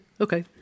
okay